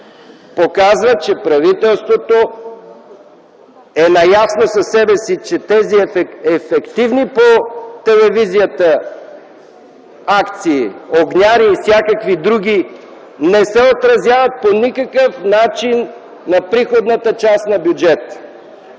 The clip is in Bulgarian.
показва, че правителството е наясно със себе си, че тези ефективни по телевизията акции – „Огняри” и всякакви други, не се отразяват по никакъв начин на приходната част на бюджета.